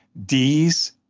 d's.